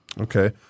Okay